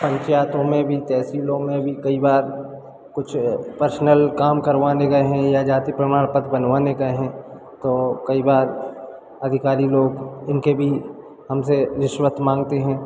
पंचायतों में भी तहसीलों में भी कई बार कुछ पर्सनल काम करवाने गए हैं या जाति प्रमाण पत्र बनवाने गए हैं तो कई बार अधिकारी लोग इनके भी हमसे रिश्वत माँगते हैं